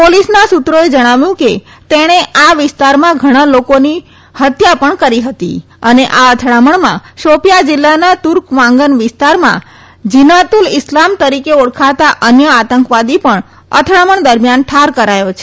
પોલીસના સુત્રોએ જણાવ્યું કે તેણે આ વીસ્તારમાં ઘણા લોકોની પણ હત્યા કરી હતી અને આ અથડામણમાં શોપિયા જીલ્લાના તુર્કવાંગન વીસ્તારમાં ઝિનાતુલ ઈસ્લામ તરીકે ઓળખાતા અન્ય આતંકવાદી પણ અથડામણ દરમ્યાન ઠાર કરાયો છે